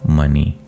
money